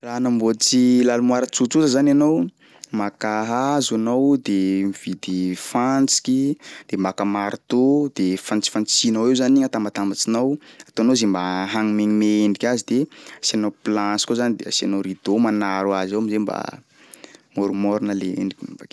Raha anamboatsy lalimoara tsotsotra zany anao, maka hazo anao de mividy fantsiky de maka marteau de fantsifantsihinao eo zany igny atambatambatsinao ataonao ze hagnomeme endriky azy de asianao planche koa zany de asianao rideau manaro azy eo am'zay mba môromôrona le endrikiny bakeo.